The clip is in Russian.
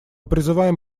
призываем